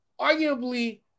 arguably